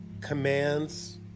commands